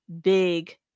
big